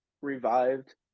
revived